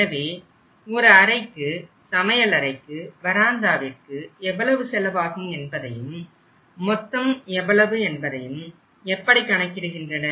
எனவே ஒரு அறைக்கு சமயலறைக்கு வராண்டாவிற்கு எவ்வளவு செலவாகும் என்பதையும் மொத்தம் எவ்வளவு என்பதையும் எப்படி கணக்கிடுகின்றனர்